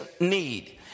need